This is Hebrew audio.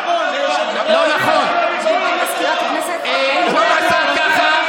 גברתי סגנית מזכירת הכנסת, זה לא רלוונטי.